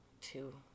two